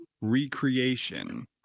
recreation